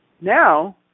now